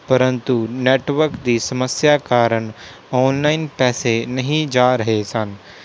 ਪਰੰਤੂ ਨੈੱਟਵਰਕ ਦੀ ਸਮੱਸਿਆ ਕਾਰਨ ਔਨਲਾਈਨ ਪੈਸੇ ਨਹੀਂ ਜਾ ਰਹੇ ਸਨ